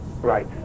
right